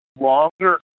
longer